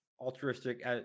Altruistic